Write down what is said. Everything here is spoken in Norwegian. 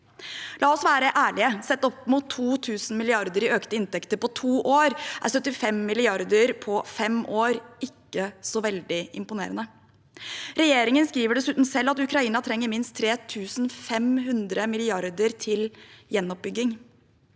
La oss være ærlige: Sett opp mot 2 000 mrd. kr i økte inntekter på to år er 75 mrd. kr på fem år ikke så veldig imponerende. Regjeringen skriver dessuten selv at Ukraina trenger minst 3 500 mrd. kr til gjenoppbygging.